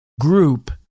group